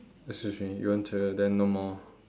excuse me you want to then no more